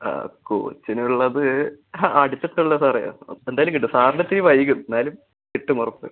ആ കോച്ചിനുള്ളത് അടച്ചിട്ടല്ലെ സാറെ എന്തായാലും കിട്ടും സാറിനിത്തിരി വൈകും എന്നാലും കിട്ടും ഉറപ്പ്